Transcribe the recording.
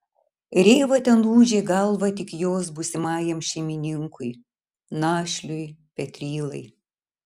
rėva ten ūžė galvą tik jos būsimajam šeimininkui našliui petrylai